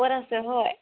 ক'ত আছে হয়